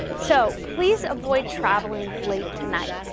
so please avoid traveling late tonight.